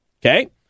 okay